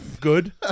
good